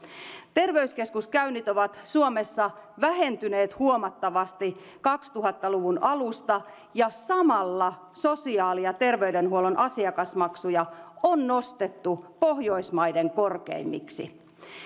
terveyskeskuskäynnit ovat suomessa vähentyneet huomattavasti kaksituhatta luvun alusta ja samalla sosiaali ja terveydenhuollon asiakasmaksuja on nostettu pohjoismaiden korkeimmiksi